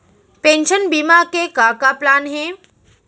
Pension बीमा के का का प्लान हे?